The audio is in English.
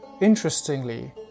Interestingly